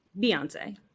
Beyonce